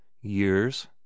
Years